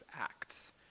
Acts